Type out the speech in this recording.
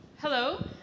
Hello